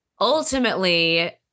ultimately